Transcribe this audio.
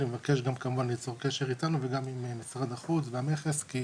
אני מבקש כמובן ליצור קשר איתנו וגם עם משרד החוץ והמכס כי